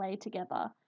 together